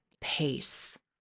pace